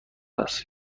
است